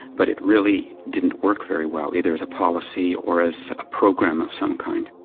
but it really didn't work very well either as a policy or as a program of some kind.